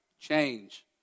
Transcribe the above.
change